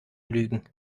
lügen